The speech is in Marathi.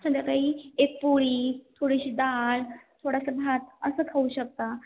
संध्याकाळी एक पोळी थोडीशी डाळ थोडासा भात असं खाऊ शकता